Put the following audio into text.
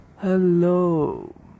Hello